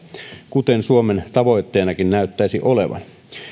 kuten suomen tavoitteenakin näyttäisi olevan